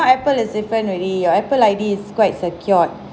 now Apple is different already your Apple I_D is quite secured